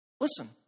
Listen